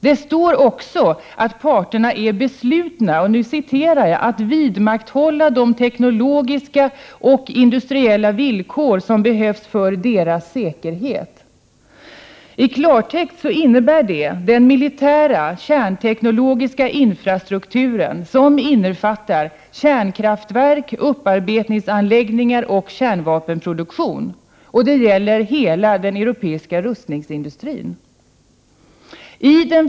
Det står vidare att parterna är beslutna att ”vidmakthålla de teknologiska och industriella villkor som behövs för deras säkerhet”. I klartext åsyftas härmed den militära, kärnteknologiska infrastrukturen som innefattar kärnkraftverk, upparbetningsanläggningar och kärnvapenproduktion, och det gäller hela den europeiska rustningsindustrin.